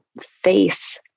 face